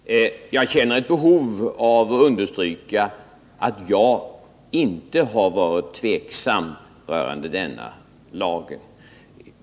Herr talman! Jag känner ett behov av att understryka att jag inte har varit tveksam rörande denna lag.